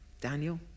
Daniel